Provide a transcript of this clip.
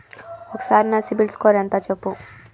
ఒక్కసారి నా సిబిల్ స్కోర్ ఎంత చెప్పు?